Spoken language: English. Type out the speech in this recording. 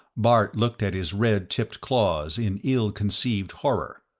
bart looked at his red-tipped claws in ill-concealed horror,